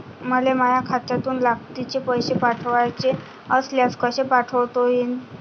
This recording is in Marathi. मले माह्या खात्यातून लागलीच पैसे पाठवाचे असल्यास कसे पाठोता यीन?